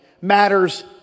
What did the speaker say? matters